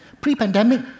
Pre-pandemic